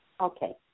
Okay